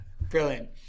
brilliant